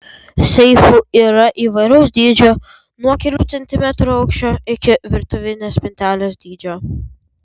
seifų yra įvairaus dydžio nuo kelių centimetrų aukščio iki virtuvinės spintelės dydžio